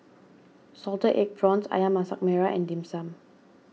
Salted Egg Prawns Ayam Masak Merah and Dim Sum